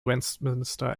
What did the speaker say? westminster